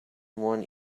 one